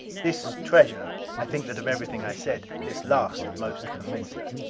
this treasure i think that of everything i said, this last most convinced her.